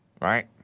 Right